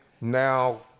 now